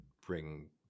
bring